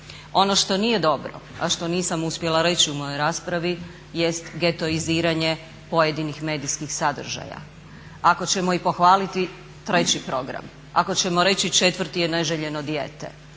Ono što nije dobro, a što nisam uspjela reći u mojoj raspravi jest getoiziranje pojedinih medijskih sadržaja. Ako ćemo i pohvaliti Treći program, ako ćemo reći Četvrti je neželjeno dijete,